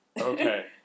Okay